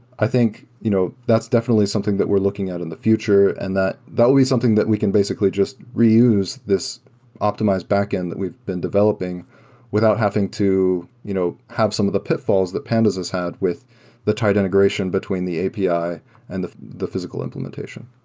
i think you know that's definitely something that we're looking at in the future, and that that will be something that we can basically just reuse this optimized backend that we've been developing without having to you know have some of the pitfalls that pandas has had with the tight integration between the api and the the physical implementation.